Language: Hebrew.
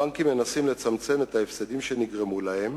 הבנקים מנסים לצמצם את ההפסדים שנגרמו להם